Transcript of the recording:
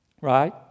Right